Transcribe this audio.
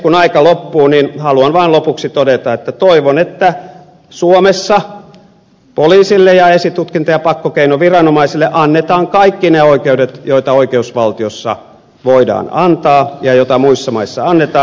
kun aika loppuu niin haluan vaan lopuksi todeta että toivon että suomessa poliisille ja esitutkinta ja pakkokeinoviranomaisille annetaan kaikki ne oikeudet joita oikeusvaltiossa voidaan antaa ja joita muissa maissa annetaan